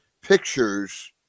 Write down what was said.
pictures